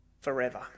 forever